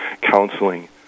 counseling